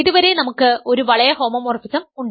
ഇതുവരെ നമുക്ക് ഒരു വളയ ഹോമോമോർഫിസം ഉണ്ട്